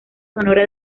sonora